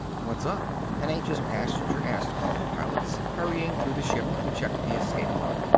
what's up? an anxious passenger asked one of the pilots, hurrying through the ship to check the escape lock.